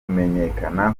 kumenyekana